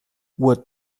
what